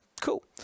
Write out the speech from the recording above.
cool